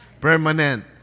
Permanent